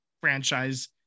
franchise